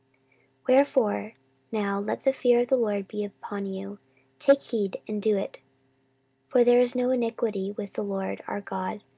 wherefore now let the fear of the lord be upon you take heed and do it for there is no iniquity with the lord our god,